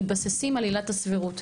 מתבססים על עילת הסבירות,